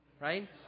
Right